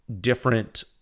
different